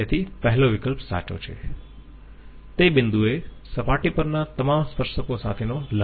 તેથી પહેલો વિકલ્પ સાચો છે તે બિંદુએ સપાટી પરના તમામ સ્પર્શકો સાથેનો લંબ